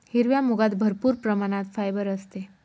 हिरव्या मुगात भरपूर प्रमाणात फायबर असते